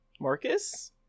Marcus